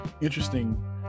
interesting